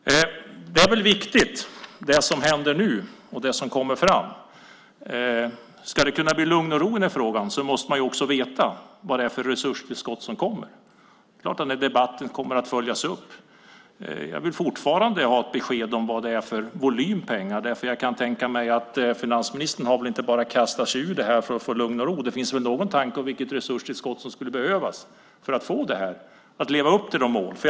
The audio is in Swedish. Det är viktigt att det som händer nu kommer fram. Ska det kunna bli lugn och ro i den här frågan måste man ju också veta vad det är för resurstillskott som kommer. Det är klart att debatten kommer att följas upp. Jag vill fortfarande ha ett besked om vad det är för pengavolym, för jag kan inte tänka mig att finansministern bara har kastat ur sig detta för att få lugn och ro. Det finns väl någon tanke om vilket resurstillskott som skulle behövas för att leva upp till målen.